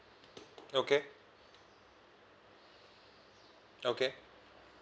okay okay